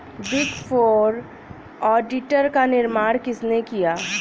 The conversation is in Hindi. बिग फोर ऑडिटर का निर्माण किसने किया?